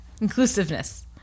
Inclusiveness